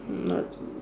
mm not